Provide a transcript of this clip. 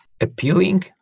appealing